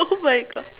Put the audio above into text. !oh-my-God!